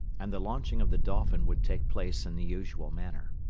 and the launching of the dolphin would take place in the usual manner.